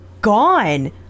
gone